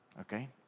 Okay